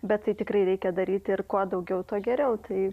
bet tai tikrai reikia daryti ir kuo daugiau tuo geriau tai